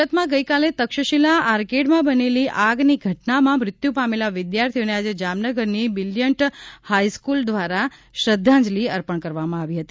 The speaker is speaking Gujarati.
સુરતમાં ગઈકાલે તક્ષશિલા આર્કેડમાં બનેલી આગની ઘટનામાં મ્રત્યુ પામેલા વિદ્યાર્થીઓને આજે જામનગરની બિલીયન્ટ હાઇસ્કૂલ દ્વારા શ્રધ્ધાજંલિ અર્પણ કરવામાં આવી હતી